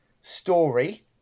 story